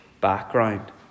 background